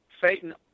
Satan